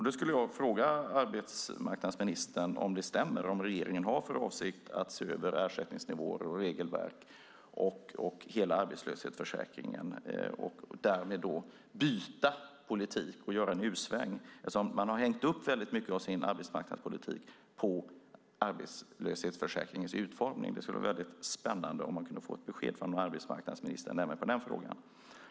Då skulle jag vilja fråga arbetsmarknadsministern om det stämmer att regeringen har för avsikt att se över ersättningsnivåer, regelverk och hela arbetslöshetsförsäkringen, därmed byta politik och göra en U-sväng eftersom man har hängt upp väldigt mycket av sin arbetsmarknadspolitik på arbetslöshetsförsäkringens utformning. Det skulle vara spännande att få ett besked från arbetsmarknadsministern även på den frågan.